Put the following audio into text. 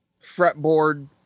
fretboard